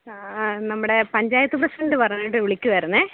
ആ നമ്മുടെ പഞ്ചായത്ത് പ്രസിഡൻറ്റ് പറഞ്ഞിട്ട് വിളിക്കുവായിരുന്നേ